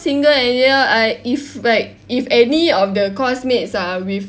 single area I if like if any of the course mates are with